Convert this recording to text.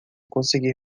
conseguir